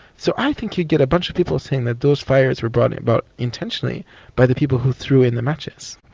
so i think you'd get a bunch of people saying that those fires were brought about intentionally by the people who threw in the matches.